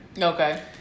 Okay